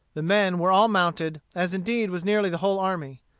the men were all mounted, as indeed was nearly the whole army.